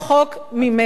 את כבר ענית יותר מהזמן,